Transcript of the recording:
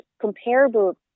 comparable